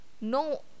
no